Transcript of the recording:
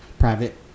private